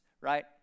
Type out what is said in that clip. right